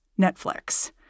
Netflix